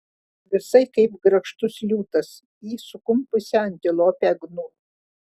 visai kaip grakštus liūtas į sukumpusią antilopę gnu